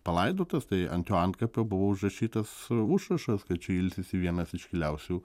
palaidotas tai ant jo antkapio buvo užrašytas užrašas kad čia ilsisi vienas iškiliausių